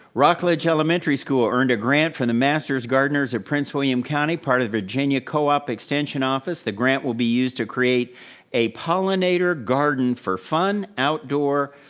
rockledge elementary school earned a grant for the masters gardeners of prince william county, part of virginia co-op extension office, the grant will be used to create a pollinator garden for fun, outdoor,